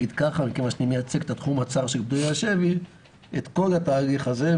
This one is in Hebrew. מכיוון שאני מייצג את התחום הצר של פדויי השבי את כל התהליך הזה,